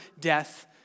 death